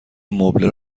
مبله